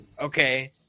okay